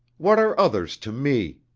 what are others to me?